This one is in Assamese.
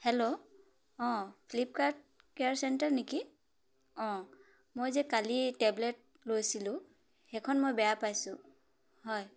হেল্ল' অঁ ফ্লিপকাৰ্ট কেয়াৰ চেণ্টাৰ নেকি অঁ মই যে কালি টেবলেট লৈছিলোঁ সেইখন মই বেয়া পাইছোঁ হয়